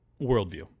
worldview